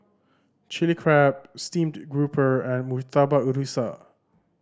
Chilli Crab steamed grouper and Murtabak Rusa